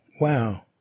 wow